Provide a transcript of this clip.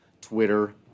Twitter